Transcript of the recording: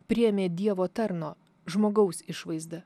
priėmė dievo tarno žmogaus išvaizdą